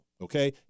okay